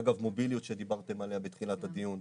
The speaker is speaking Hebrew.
אגב מוביליות שדיברתם עליה בתחילת הדיון.